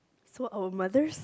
so our mothers